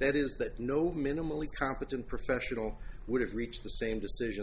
that is that no minimally competent professional would have reached the same decision th